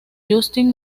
justin